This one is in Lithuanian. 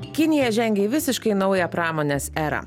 kinija žengia į visiškai naują pramonės erą